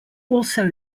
also